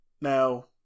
Now